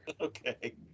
Okay